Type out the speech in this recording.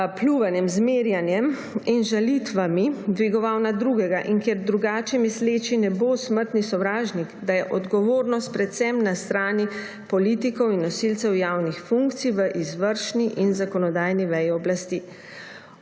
pljuvanjem, zmerjanjem in žalitvami dvigoval nad drugega in kjer drugače misleči ne bo smrtni sovražnik, predvsem na strani politikov in nosilcev javnih funkcij v izvršni in zakonodajni veji oblasti.